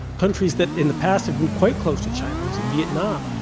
countries that in the past have been quite close to china. we see vietnam,